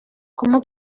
como